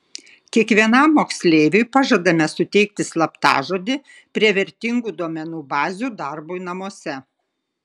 kiekvienam moksleiviui pažadame suteikti slaptažodį prie vertingų duomenų bazių darbui namuose